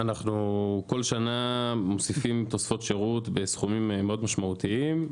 אנחנו כל שנה מוסיפים תוספות שירות בסכומים מאוד משמעותיים.